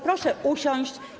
Proszę usiąść.